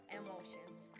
emotions